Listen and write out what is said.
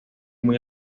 muy